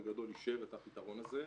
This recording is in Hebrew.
משרד התחבורה בגדול אישר את הפתרון הזה.